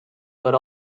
but